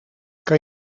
kan